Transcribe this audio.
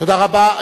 תודה רבה.